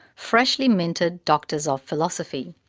freshly minted doctors of philosophy.